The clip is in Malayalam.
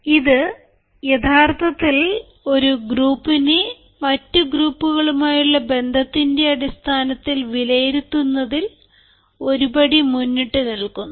ഇത് യഥാർത്ഥത്തിൽ ഒരു ഗ്രൂപ്പിനെ മറ്റ് ഗ്രൂപ്പുകളുമായുള്ള ബന്ധത്തിൻറെ അടിസ്ഥാനത്തിൽ വിലയിരുത്തുന്നതിൽ ഒരു പടി മുന്നിട്ടു നിൽക്കുന്നു